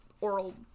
oral